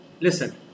Listen